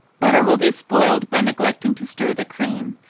butter will be spoiled by neglecting to stir the cream,